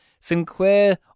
Sinclair